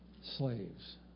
slaves